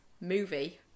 movie